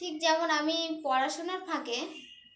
ঠিক যেমন আমি পড়াশোনার ফাঁকে